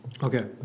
Okay